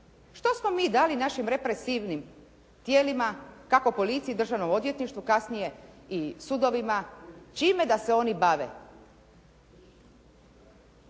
Što smo mi dali našim represivnim tijelima, kako policiji i Državnom odvjetništvu, kasnije i sudovima, čime da se oni bave?